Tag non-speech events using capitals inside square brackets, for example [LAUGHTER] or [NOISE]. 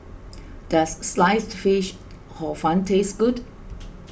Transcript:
[NOISE] does Sliced Fish Hor Fun taste good